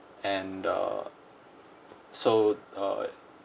and uh so uh